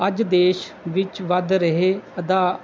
ਅੱਜ ਦੇਸ਼ ਵਿੱਚ ਵੱਧ ਰਹੇ ਅਦਾ